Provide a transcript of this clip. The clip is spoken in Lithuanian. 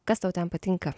kas tau ten patinka